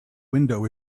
window